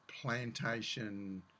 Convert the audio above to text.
plantation